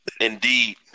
Indeed